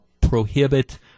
prohibit